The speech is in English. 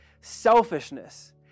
Selfishness